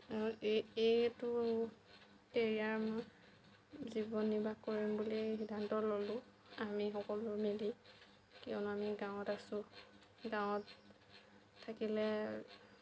আৰু এই এইটো কেৰিয়াৰ মই জীৱন নিৰ্বাহ কৰিম বুলিয়ে সিদ্ধান্ত ল'লো আমি সকলো মিলি কিয়নো আমি গাঁৱত আছোঁ গাঁৱত থাকিলে